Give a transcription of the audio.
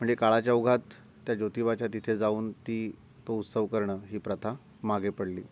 म्हणजे काळाच्या ओघात त्या ज्योतिबाच्या तिथे जाऊन ती तो उत्सव करणं ही प्रथा मागे पडली